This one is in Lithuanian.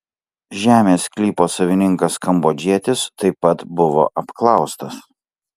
žemės sklypo savininkas kambodžietis taip pat buvo apklaustas